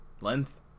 length